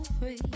free